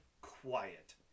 quiet